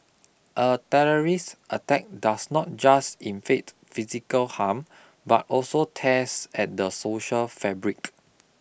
a terrorist attack does not just inflict physical harm but also tears at the social fabric